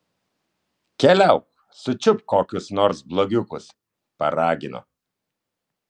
keliauk sučiupk kokius nors blogiukus paragino